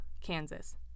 Kansas